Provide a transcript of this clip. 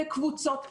בקבוצות קטנות,